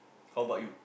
how about you